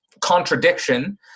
contradiction